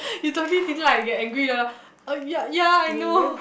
you totally didn't like get angry oh ya ya I know